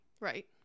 right